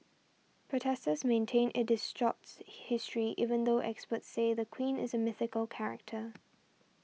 protesters maintain it distorts history even though experts say the queen is a mythical character